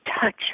touch